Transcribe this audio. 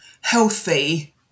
healthy